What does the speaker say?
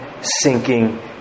sinking